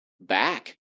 back